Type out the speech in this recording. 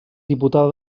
diputada